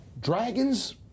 Dragons